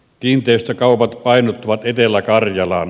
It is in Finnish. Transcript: kiinteistökaupat painottuvat etelä karjalaan